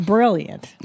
Brilliant